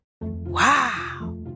Wow